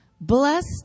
blessed